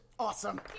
Awesome